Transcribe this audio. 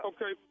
Okay